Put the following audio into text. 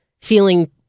feeling